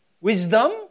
wisdom